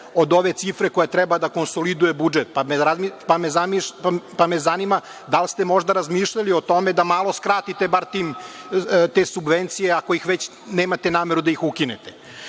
od ove cifre koja treba da konsoliduje budžet, pa me zanima da li ste možda razmišljali o tome da malo skratite bar te subvencije, ako već nemate nameru da ih ukinete? Ono